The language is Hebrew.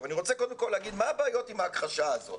אבל אני רוצה קודם כל להגיד מה הבעיות עם ההכחשה הזאת?